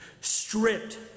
stripped